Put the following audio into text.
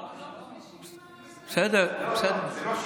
לא משיבים, לא, זאת לא שאילתה,